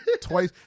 Twice